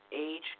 age